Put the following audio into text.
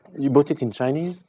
you bought it in chinese?